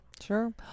Sure